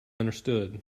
understood